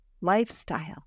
Lifestyle